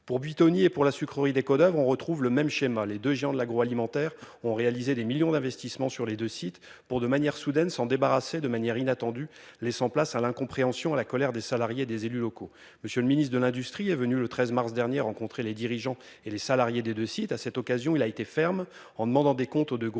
pour Buitoni et pour la sucrerie cadavres, on retrouve le même schéma, les 2 géants de l'agroalimentaire ont réalisé des millions d'investissements sur les deux sites pour de manière soudaine s'en débarrasser, de manière inattendue, laissant place à l'incompréhension, la colère des salariés, des élus locaux. Monsieur le Ministre de l'Industrie est venu le 13 mars dernier, rencontrer les dirigeants et les salariés des 2 sites à cette occasion, il a été ferme en demandant des comptes aux 2 groupes